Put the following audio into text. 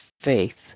faith